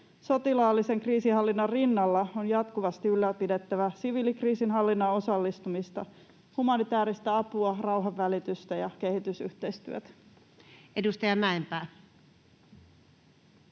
Sotilaallisen kriisinhallinnan rinnalla on jatkuvasti ylläpidettävä siviilikriisinhallinnan osallistumista, humanitääristä apua, rauhanvälitystä ja kehitysyhteistyötä. Edustaja Mäenpää.